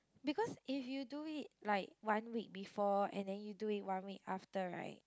because if you do it like one week before and then you do it one week after right